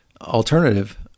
alternative